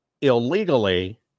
illegally